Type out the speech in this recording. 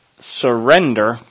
surrender